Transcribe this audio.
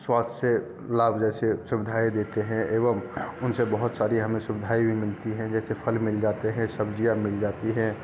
स्वास्थ्य से लाभ जैसे सुविधाएँ देते हैं एवम उनसे बहुत सारी हमें सुविधाए भी मिलती है जैसे फल मिल जाते हैं सब्ज़ियाँ मिल जाती हैं